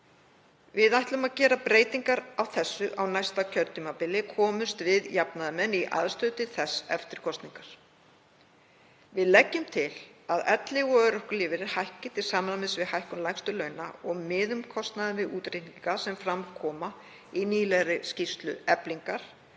Við ætlum að gera breytingar á þessu á næsta kjörtímabili komumst við jafnaðarmenn í aðstöðu til þess eftir kosningar. Við leggjum til að elli- og örorkulífeyrir hækki til samræmis við hækkun lægstu launa og miðum kostnaðinn við útreikninga sem fram koma í nýlegri skýrslu Eflingar,